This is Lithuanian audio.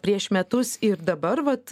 prieš metus ir dabar vat